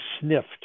sniffed